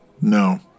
No